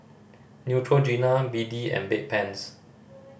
Neutrogena B D and Bedpans